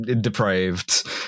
depraved